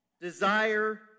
desire